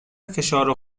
فشار